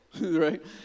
right